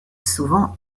souvent